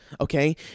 okay